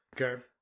Okay